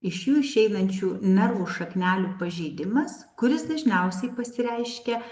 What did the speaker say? iš jų išeinančių nervų šaknelių pažeidimas kuris dažniausiai pasireiškia